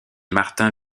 martin